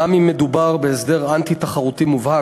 גם אם מדובר בהסדר אנטי-תחרותי מובהק